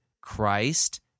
Christ